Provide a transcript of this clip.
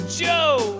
joe